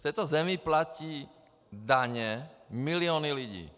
V této zemi platí daně miliony lidí.